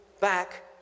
back